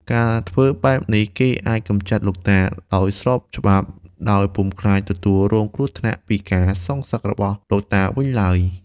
ការធ្វើបែបនេះគេអាចកម្ចាត់លោកតា ដោយស្របច្បាប់ ដោយពុំខ្លាចទទួលរងគ្រោះថ្នាក់ពីការសងសឹករបស់លោកតាវិញឡើយ។